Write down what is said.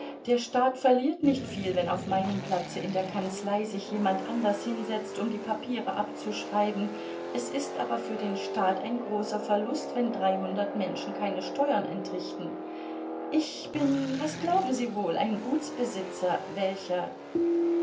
der staat verliert nicht viel wenn auf meinem platze in der kanzlei sich jemand anders hinsetzt um die papiere abzuschreiben es ist aber für den staat ein großer verlust wenn dreihundert menschen keine steuern entrichten ich bin was glauben sie wohl ein gutsbesitzer welcher